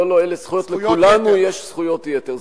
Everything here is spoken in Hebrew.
לא, לא, אלה זכויות, לכולנו יש זכויות יתר.